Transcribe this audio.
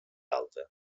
alta